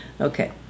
Okay